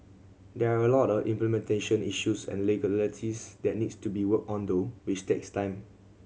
there are a lot of implementation issues and legalities that needs to be worked on though which takes time